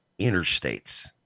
interstates